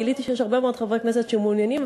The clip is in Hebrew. גיליתי שיש הרבה מאוד חברי כנסת שמעוניינים,